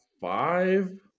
five